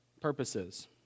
purposes